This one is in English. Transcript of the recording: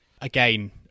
Again